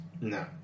No